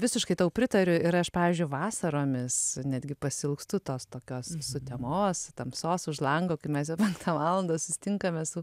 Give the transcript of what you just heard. visiškai tau pritariu ir aš pavyzdžiui vasaromis netgi pasiilgstu tos tokios sutemos tamsos už lango kai mes jau penktą valandą susitinkame su